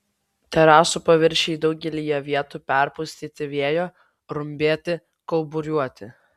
terasų paviršiai daugelyje vietų perpustyti vėjo rumbėti kauburiuoti